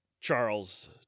Charles